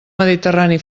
mediterrani